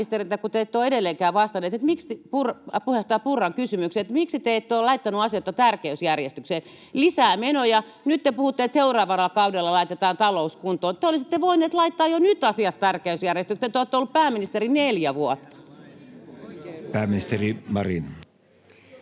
pääministeriltä, kun te ette ole edelleenkään vastannut puheenjohtaja Purran kysymykseen: Miksi te ette ole laittanut asioita tärkeysjärjestykseen? Lisää menoja, ja nyt te puhutte, että seuraavalla kaudella laitetaan talous kuntoon. Te olisitte voinut laittaa jo nyt asiat tärkeysjärjestykseen — te olette ollut pääministeri neljä vuotta. [Jukka